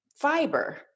fiber